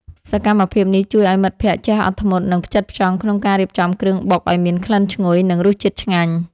សកម្មភាពនេះជួយឱ្យមិត្តភក្តិចេះអត់ធ្មត់ និងផ្ចិតផ្ចង់ក្នុងការរៀបចំគ្រឿងបុកឱ្យមានក្លិនឈ្ងុយ និងរសជាតិឆ្ងាញ់។